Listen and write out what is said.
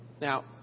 Now